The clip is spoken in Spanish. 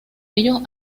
ellos